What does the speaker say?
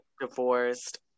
divorced